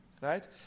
Right